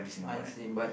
I see but